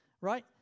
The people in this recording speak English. Right